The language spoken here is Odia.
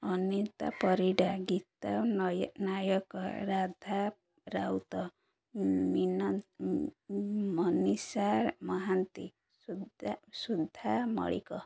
ଅନିତା ପରିଡ଼ା ଗୀତା ନାୟକ ରାଧା ରାଉତ ମନିଷା ମହାନ୍ତି ସୁଦ୍ଧା ମଳିକ